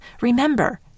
remember